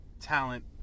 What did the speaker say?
talent